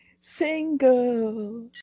single